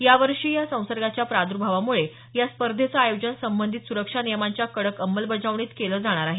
या वर्षीही या संसर्गाच्या प्रादर्भावामुळे या स्पर्धेचं आयोजन संबंधित सुरक्षा नियमांच्या कडक अंमलबजावणीत केलं जाणार आहे